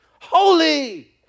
holy